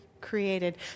created